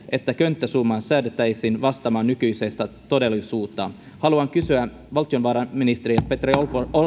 että könttäsumma säädettäisiin vastaamaan nykyistä todellisuutta haluan kysyä valtiovarainministeri petteri